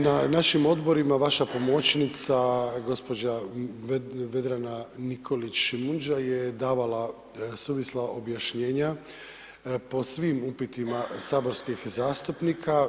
Na našim odborima vaša pomoćnica gđa. Vedrana Nikolić Šimundža je davala suvisla objašnjenja po svim upitima saborskih zastupnika.